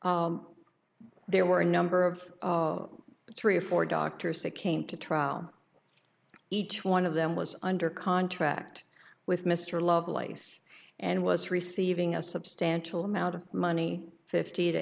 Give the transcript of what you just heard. results there were a number of the three or four doctors that came to trial each one of them was under contract with mr lovelace and was receiving a substantial amount of money fifty to